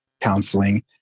counseling